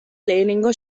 lehenengo